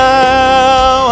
now